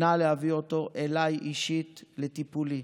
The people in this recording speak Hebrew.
נא להביא אותו אליי, אישית, לטיפולי.